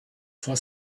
for